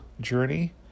journey